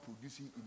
producing